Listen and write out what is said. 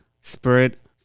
spirit